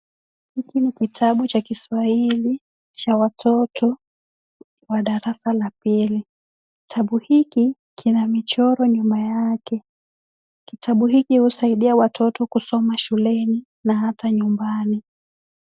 Hiki ni kitabu cha kiswahili cha watoto wa darasa la pili. Kitabu hiki kina michoro nyuma yake. Kitabu hiki husaidia watoto kusoma shuleni na hata nyumbani.